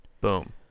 Boom